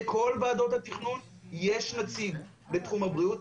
בכל ועדות התכנון יש נציג בתחום הבריאות,